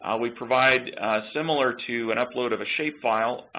ah we provide similar to an upload of a shapefile,